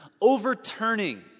overturning